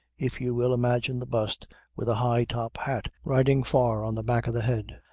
if you will imagine the bust with a high top hat riding far on the back of the head,